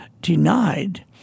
denied